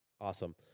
Awesome